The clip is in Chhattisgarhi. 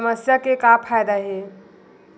समस्या के का फ़ायदा हे?